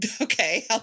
Okay